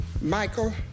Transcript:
Michael